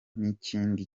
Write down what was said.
n’ikindi